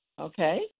okay